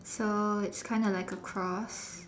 so it's kind of like a cross